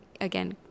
again